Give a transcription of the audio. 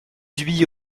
huit